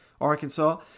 Arkansas